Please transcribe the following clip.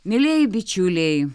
mielieji bičiuliai